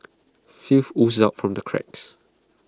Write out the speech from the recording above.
filth oozed out from the cracks